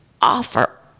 offer